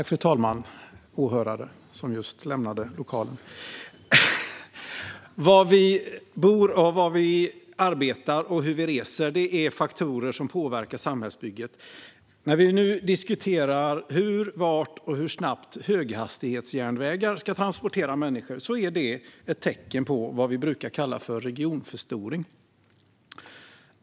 Fru talman, och åhörare som just lämnade läktaren! Var vi bor, var vi arbetar och hur vi reser är faktorer som påverkar samhällsbygget. När vi nu diskuterar hur, var och hur snabbt höghastighetsjärnvägar ska transportera människor är det ett tecken på vad vi brukar kalla för regionförstoring.